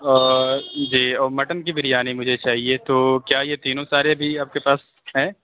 اور جی اور مٹن کی بریانی مجھے چاہیے تو کیا یہ تینوں سارے ابھی آپ کے پاس ہیں